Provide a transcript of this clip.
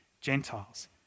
Gentiles